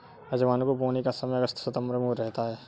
अजवाइन को बोने का समय अगस्त सितंबर रहता है